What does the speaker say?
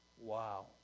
Wow